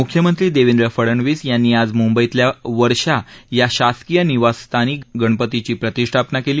मुख्यमंत्री देवेंद्र फडनवीस यांनी आज मुंबईतल्या वर्षा या शासकीय निवासस्थानी गणपतीची प्रतिष्ठापना केली